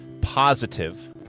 positive